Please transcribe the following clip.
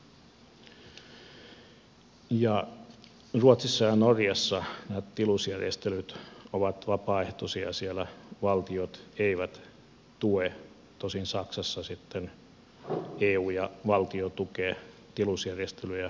ruotsissa ja norjassa nämä tilusjärjestelyt ovat vapaaehtoisia siellä valtiot eivät tue tosin saksassa sitten eu ja valtio tukevat tilusjärjestelyjä enemmänkin kuin suomessa